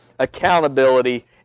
accountability